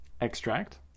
extract